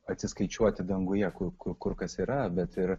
atsiskaičiuoti danguje kur kur kur kas yra bet ir